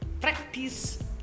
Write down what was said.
practice